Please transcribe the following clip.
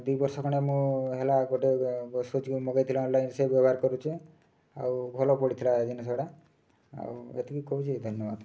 ଦୁଇ ବର୍ଷ ଖଣ୍ଡେ ମୁଁ ହେଲା ଗୋଟେ ସୁଜ୍ ମଗାଇଥିଲା ଅନ୍ଲାଇନ୍ରୁ ସେ ବ୍ୟବହାର କରୁଛି ଆଉ ଭଲ ପଡ଼ିଥିଲା ଜିନିଷଟା ଆଉ ଏତିକି କହୁଛି ଧନ୍ୟବାଦ